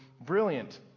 brilliant